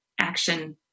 action